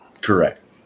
correct